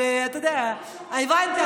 אבל הבנתי,